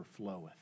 overfloweth